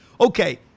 okay